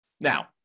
Now